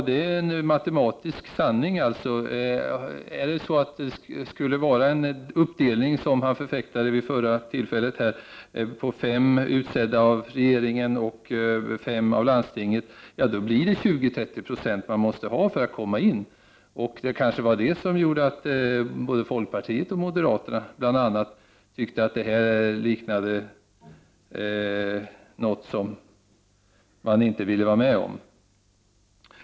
Det är en matematisk sanning om det skall vara den uppdelning som han förfäktade vid förra tillfället — fem utsedda av regeringen och fem av landstinget. Då måste man ha 20-30 96 för att komma in. Det var kanske det som gjorde att bl.a. både folkpartiet och moderaterna inte ville vara med om det.